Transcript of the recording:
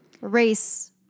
race